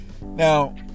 now